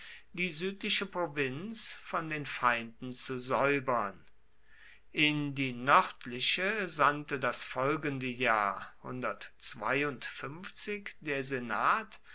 die südliche provinz von den feinden zu säubern in die nördliche sandte das folgende jahr der senat